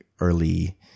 early